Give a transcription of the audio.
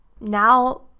now